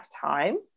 time